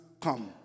come